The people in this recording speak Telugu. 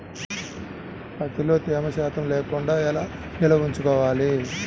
ప్రత్తిలో తేమ శాతం లేకుండా ఎలా నిల్వ ఉంచుకోవాలి?